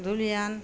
ধধুলিয়ান